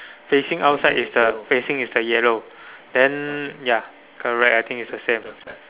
facing outside is the facing is the yellow then ya correct I think it's the same